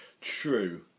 true